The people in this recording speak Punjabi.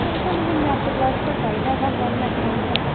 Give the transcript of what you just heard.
ਫੋਨ ਸਾਨੂੰ ਫਿਰ ਨੈਟ ਪਲਸ ਦਾ ਚਾਹੀਦਾ ਹੈਗਾ ਵਨ ਐਕਸ ਪਲਸ ਦਾ